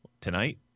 Tonight